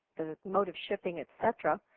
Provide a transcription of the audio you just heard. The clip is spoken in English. the mode of shipping, et cetera.